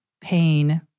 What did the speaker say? Pain